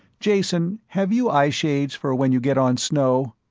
jason, have you eyeshades for when you get on snow?